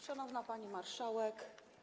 Szanowna Pani Marszałek!